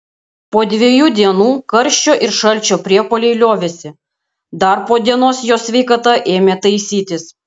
po dviejų dienų karščio ir šalčio priepuoliai liovėsi dar po dienos jo sveikata ėmė taisytis